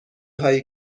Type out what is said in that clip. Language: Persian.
هایی